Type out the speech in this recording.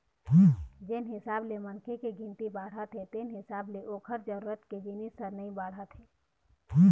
जेन हिसाब ले मनखे के गिनती बाढ़त हे तेन हिसाब ले ओखर जरूरत के जिनिस ह नइ बाढ़त हे